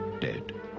dead